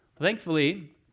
Thankfully